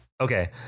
Okay